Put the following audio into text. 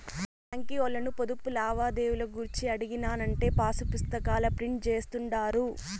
బాంకీ ఓల్లను పొదుపు లావాదేవీలు గూర్చి అడిగినానంటే పాసుపుస్తాకాల ప్రింట్ జేస్తుండారు